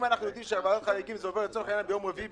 אם זה יעבור ועדת חריגים ביום רביעי,